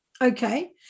Okay